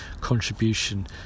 contribution